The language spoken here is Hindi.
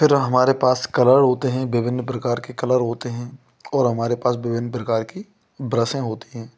फ़िर हमारे पास कलर होते हैं विभिन्न प्रकार के कलर होते हैं और हमारे पास विभिन्न प्रकार की ब्रशे होती हैं